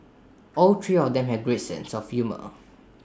all three of them have great sense of humour